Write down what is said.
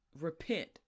repent